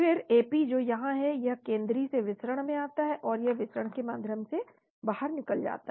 फिर Ap जो यहां है यह केंद्रीय से विसरण में आता है फिर यह विसरण के माध्यम से बाहर निकल जाता है